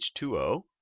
H2O